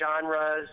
Genres